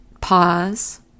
pause